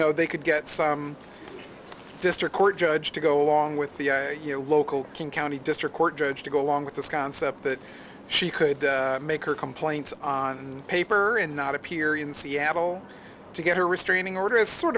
know they could get some district court judge to go along with the you know local king county district court judge to go along with this concept that she could make her complaint on paper and not appear in seattle to get a restraining order is sort